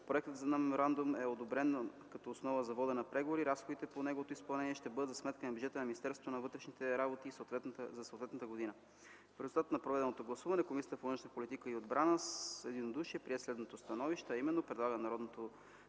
проектът за меморандум е одобрен като основа за водене на преговори, разходите по него ще бъдат за сметка на бюджета на Министерството на вътрешните работи за съответната година. В резултат на проведеното гласуване Комисията по външна политика и отбрана с единодушие прие следното становище: Предлага на Народното